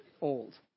old